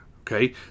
Okay